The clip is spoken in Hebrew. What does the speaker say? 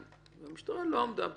והמשטרה לא עמדה בזה.